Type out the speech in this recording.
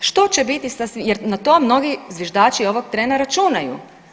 Što će biti, jer na to novi zviždači ovog trena računaju.